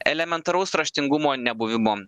elementaraus raštingumo nebuvimo